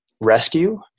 rescue